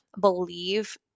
believe